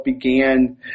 began